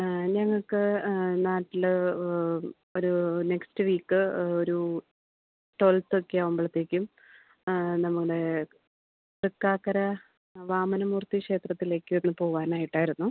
ഞങ്ങൾക്ക് നാട്ടിൽ ഒരു നെക്സ്റ്റ് വീക്ക് ഒരു ട്വൽത്തൊക്കെ ആവുമ്പോഴത്തേക്കും നമ്മുടെ തൃക്കാക്കര വാമനമൂർത്തി ക്ഷേത്രത്തിലേക്കൊന്ന് പോവാനായിട്ടായിരുന്നു